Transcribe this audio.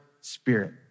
spirit